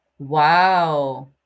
Wow